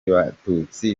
batutsi